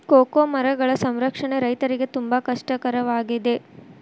cocoa ಮರಗಳ ಸಂರಕ್ಷಣೆ ರೈತರಿಗೆ ತುಂಬಾ ಕಷ್ಟ ಕರವಾಗಿದೆ